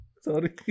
Sorry